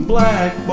Black